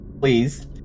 please